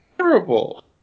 Terrible